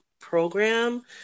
program